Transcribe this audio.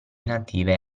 native